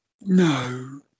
No